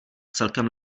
celkem